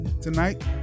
Tonight